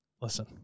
listen